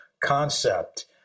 concept